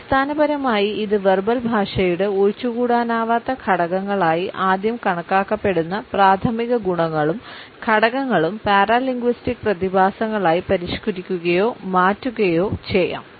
അടിസ്ഥാനപരമായി ഇത് വെർബൽ ഭാഷയുടെ ഒഴിച്ചുകൂടാനാവാത്ത ഘടകങ്ങളായി ആദ്യം കണക്കാക്കപ്പെടുന്ന പ്രാഥമിക ഗുണങ്ങളും ഘടകങ്ങളും പാരാലിംഗുസ്റ്റിക് പ്രതിഭാസങ്ങളായി പരിഷ്ക്കരിക്കുകയോ മാറ്റുകയോ ചെയ്യാം